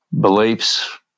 beliefs